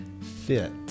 Fit